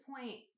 point